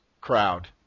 crowd